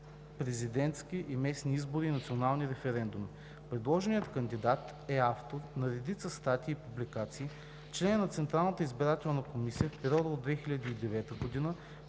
президентски и местни избори и национални референдуми. Предложеният кандидат е автор на редица статии и публикации, член е на Централната избирателна комисия в периода от 2009 г.